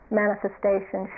manifestation